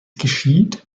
geschieht